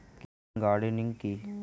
Kitchen gardening কি?